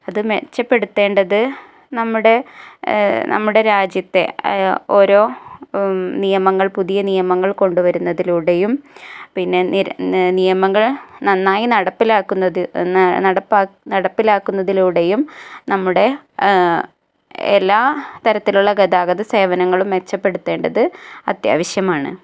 അത് മെച്ചപ്പെടുത്തേണ്ടത് നമ്മുടെ നമ്മുടെ രാജ്യത്തെ ഓരോ നിയമങ്ങൾ പുതിയ നിയമങ്ങൾ കൊണ്ടുവരുന്നതിലൂടെയും പിന്നെ നിയമങ്ങൾ നന്നായി നടപ്പിലാക്കുന്നത് നടപ്പിലാക്കുന്നതിലൂടെയും നമ്മുടെ എല്ലാ തരത്തിലുള്ള ഗതാഗത സേവനങ്ങളും മെച്ചപ്പെടുത്തേണ്ടത് അത്യാവശ്യമാണ്